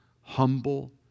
humble